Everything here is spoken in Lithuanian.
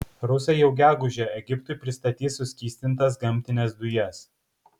rusai jau gegužę egiptui pristatys suskystintas gamtines dujas